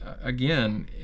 again